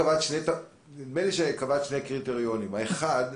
נדמה לי, קבעת שני קריטריונים: האחד,